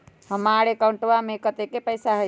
हमार अकाउंटवा में कतेइक पैसा हई?